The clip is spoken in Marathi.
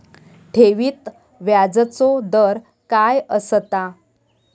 ठेवीत व्याजचो दर काय असता?